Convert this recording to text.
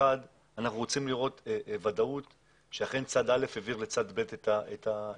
אנחנו רוצים לראות שאכן צד א' העביר לצד ב' את העסק.